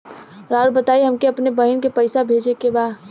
राउर बताई हमके अपने बहिन के पैसा भेजे के बा?